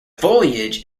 foliage